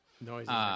noises